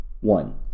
One